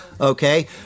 Okay